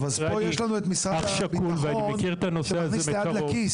אני אב שכול ואני מכיר את הנושא הזה מקרוב.